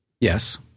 Yes